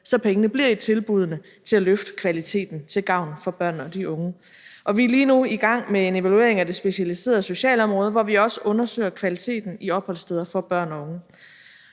så pengene bliver i tilbuddene til at løfte kvaliteten til gavn for børnene og de unge, og vi er lige nu i gang med en evaluering af det specialiserede socialområde, hvor vi også undersøger kvaliteten i opholdssteder for børn og unge.